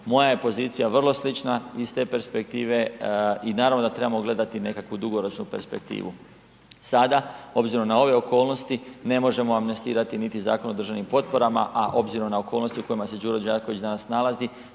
moja je pozicija vrlo slična iz te perspektive i naravno da trebamo gledati nekakvu dugoročnu perspektivu. Sada, obzirom na ove okolnosti ne možemo amnestirati niti Zakon o državnim potporama a obzirom na okolnosti u kojima se Đuro Đaković danas nalazi